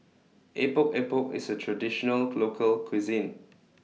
Epok Epok IS A Traditional Local Cuisine